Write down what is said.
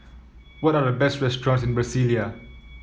what are the best restaurants in Brasilia